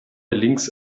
links